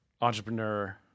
entrepreneur